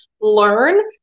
learn